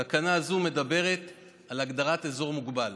תקנה זו מדברת על הגדרת אזור מוגבל.